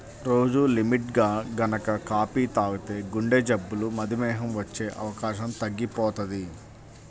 రోజూ లిమిట్గా గనక కాపీ తాగితే గుండెజబ్బులు, మధుమేహం వచ్చే అవకాశం తగ్గిపోతది